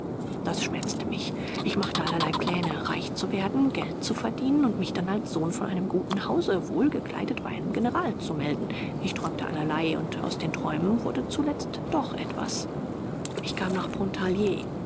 das schmerzte mich ich machte allerlei pläne reich zu werden geld zu verdienen und mich dann als sohn von einem guten hause wohlgekleidet bei einem general zu melden ich träumte allerlei und aus den träumen wurde zuletzt doch etwas ich kam nach